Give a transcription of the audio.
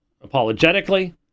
apologetically